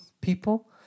people